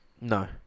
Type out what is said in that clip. No